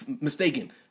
mistaken